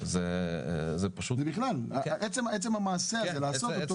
זה --- זה בכלל, עצם המעשה הזה, לעשות אותו.